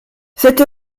cette